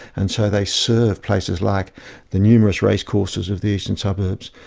and so they served places like the numerous racecourses of the eastern suburbs,